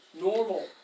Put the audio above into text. normal